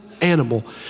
animal